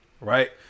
Right